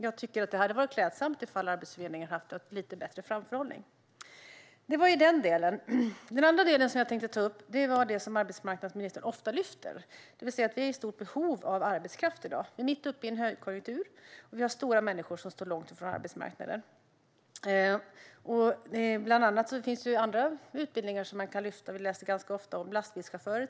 Jag tycker att det hade varit klädsamt om Arbetsförmedlingen haft lite bättre framförhållning. Det var den ena delen. Den andra delen som jag tänkte ta upp är det som arbetsmarknadsministern ofta lyfter: att vi är i stort behov av arbetskraft i dag. Vi är mitt uppe i en högkonjunktur, och vi har stora grupper människor som står långt från arbetsmarknaden. Det finns andra utbildningar man kan lyfta. Vi läser till exempel ganska ofta om lastbilschaufförer.